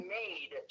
made